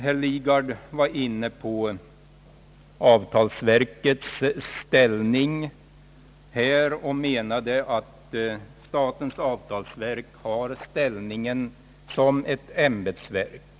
Herr Lidgard berörde avtalsverkets ställning och menade att det får betraktas som ett ämbetsverk.